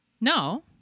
No